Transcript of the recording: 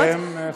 נא לסכם.